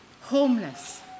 homeless